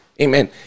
Amen